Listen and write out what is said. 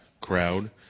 crowd